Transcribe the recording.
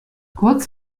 kurz